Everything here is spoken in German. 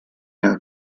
herr